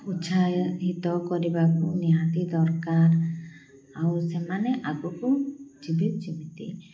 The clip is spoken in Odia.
ଉତ୍ସାହିତ କରିବାକୁ ନିହାତି ଦରକାର ଆଉ ସେମାନେ ଆଗକୁ ଯିବି ଯେମିତି